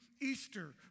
Easter